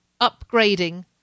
upgrading